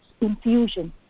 infusion